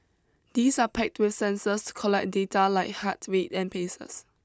these are packed with sensors to collect data like heart rate and paces